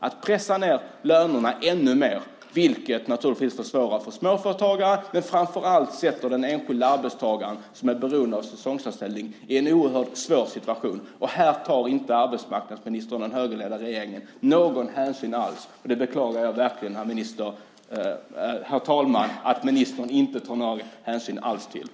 Man pressar ned lönerna ännu mer, vilket försvårar för småföretagare men framför allt sätter den enskilda arbetstagaren som är beroende av säsongsanställning i en oerhört svår situation. Här tar inte arbetsmarknadsministern och den högerledda regeringen någon hänsyn alls. Det beklagar jag verkligen, herr talman.